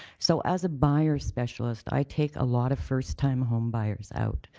so as a buyer specialist i take a lot of first time home buyers out,